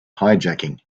hijacking